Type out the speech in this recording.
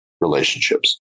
Relationships